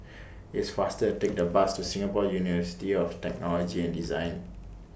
It's faster to Take The Bus to Singapore University of Technology and Design